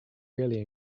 really